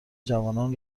جوانان